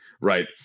right